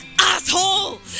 asshole